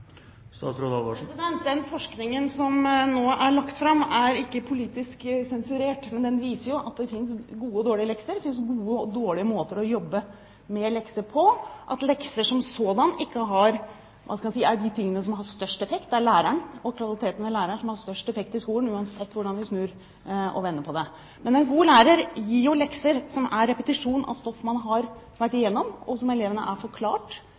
Den forskningen som nå er lagt fram, er ikke politisk sensurert, men den viser at det fins gode og dårlige lekser, at det fins gode og dårlige måter å jobbe med lekser på, og at lekser som sådanne ikke er av de tingene som har størst effekt. Det er læreren og kvaliteten på læreren som har størst effekt i skolen, uansett hvordan vi snur og vender på det. En god lærer gir lekser som er repetisjon av stoff man har vært igjennom, og som elevene er forklart,